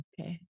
Okay